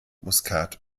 muskat